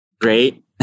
great